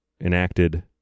enacted